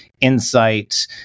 insight